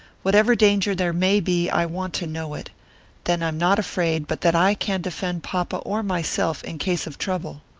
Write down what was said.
whatever danger there may be i want to know it then i'm not afraid but that i can defend papa or myself in case of trouble.